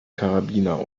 karabiner